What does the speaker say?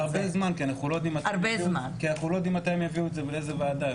זה הרבה זמן כי אנחנו לא יודעים מתי הם יביאו את זה ולאיזה ועדה.